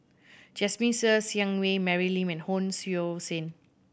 Jasmine Ser Xiang Wei Mary Lim and Hon Sui Sen